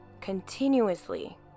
Continuously